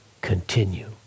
continue